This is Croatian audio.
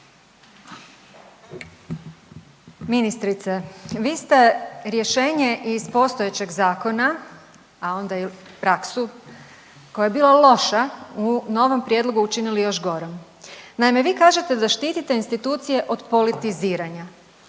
Ministrice, vi ste rješenje iz postojećeg zakona, a onda i praksu koja je bila loša u novom prijedlogu učinili još gorom. Naime, vi kažete da štitite institucije od politiziranja